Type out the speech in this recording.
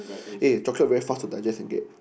eh chocolate very fast to digest and get